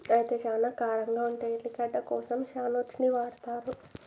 అయితే సానా కారంగా ఉండే ఎల్లిగడ్డ కోసం షాల్లోట్స్ ని వాడతారు